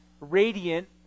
radiant